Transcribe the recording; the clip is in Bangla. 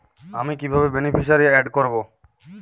আমি কিভাবে বেনিফিসিয়ারি অ্যাড করব?